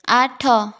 ଆଠ